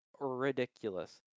ridiculous